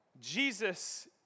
Jesus